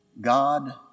God